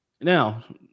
Now